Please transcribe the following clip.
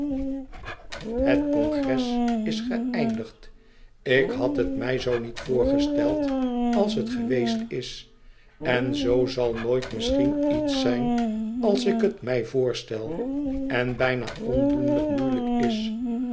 het congres is geëindigd ik had het mij zoo niet voorgesteld als het geweest is en zoo zal nooit misschien iets zijn als ik het mij voorstel en bijna ondoenlijk moeilijk is